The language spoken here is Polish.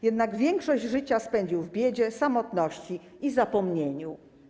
Jednak większość życia spędził w biedzie, samotności i zapomnieniu.